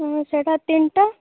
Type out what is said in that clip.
ସେଟା ତିନଟା